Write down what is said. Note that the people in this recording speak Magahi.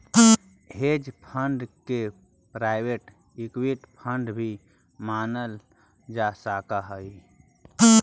हेज फंड के प्राइवेट इक्विटी फंड भी मानल जा सकऽ हई